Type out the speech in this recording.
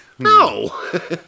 No